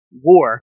war